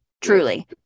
truly